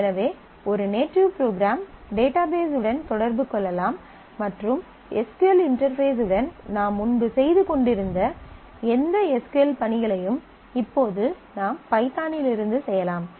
எனவே ஒரு native program database உடன் தொடர்பு கொள்ளலாம் மற்றும் எஸ் க்யூ எல் இன்டெர்பேஸ் உடன் நாம் முன்பு செய்து கொண்டிருந்த எந்த எஸ் க்யூ எல் பணிகளையும் இப்போது நாம் பைத்தானிலிருந்து செய்யலாம்